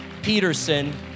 peterson